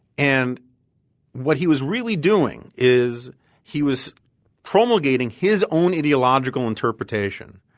and what he was really doing is he was promulgating his own ideological interpretation.